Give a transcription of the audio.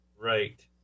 Right